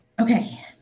Okay